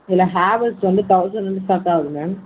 இதில் ஹேர்வெல்ஸ் வந்து தொளசண்ட்லேந்து ஸ்டார்ட் ஆகுது மேம்